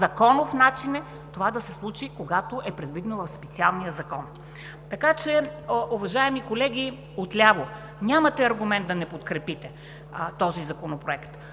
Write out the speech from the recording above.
законов начин това да се случи е, когато е предвидено в Специалния закон. Така че, уважаеми колеги отляво, нямате аргумент да не подкрепите този Законопроект.